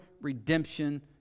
redemption